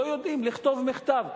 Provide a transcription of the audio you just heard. לא יודעים לכתוב מכתב.